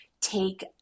take